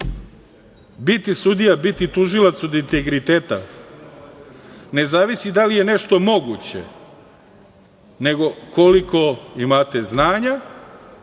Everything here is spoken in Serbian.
biti sudija, biti tužilac od integriteta ne zavisi da li je nešto moguće, nego koliko imate znanja,